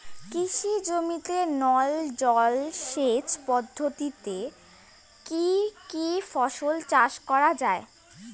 কৃষি জমিতে নল জলসেচ পদ্ধতিতে কী কী ফসল চাষ করা য়ায়?